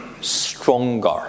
stronger